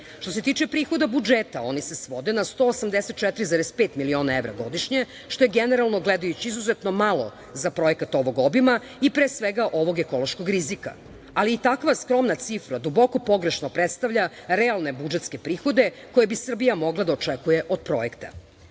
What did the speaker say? se tiče prihoda budžeta oni se svode na 184,5 miliona evra godišnje što je generalno gledajući izuzetno malo za projekat ovog obima i pre svega ovog ekološkog rizika, ali i takva skromna cifra duboko pogrešno predstavlja realne budžetske prihode koje bi Srbija mogla da očekuje od projekta. Mnogo